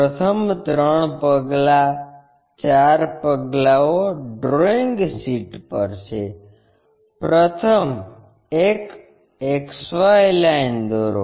પ્રથમ ત્રણ પગલા ચાર પગલાંઓ ડ્રોઇંગ શીટ પર છે પ્રથમ એક XY લાઇન દોરો